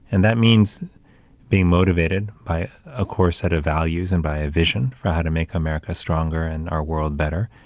and that means being motivated by a core set of values and by a vision for how to make america stronger, and our world better.